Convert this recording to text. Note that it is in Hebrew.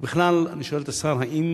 ובכלל, אני שואל את השר, האם